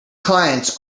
clients